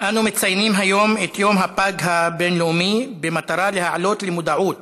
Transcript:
אנו מציינים היום את יום הפג הבין-לאומי במטרה להעלות למודעות